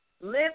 live